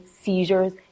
seizures